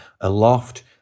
aloft